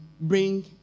bring